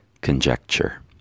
conjecture